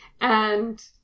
and-